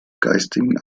geistigen